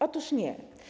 Otóż nie.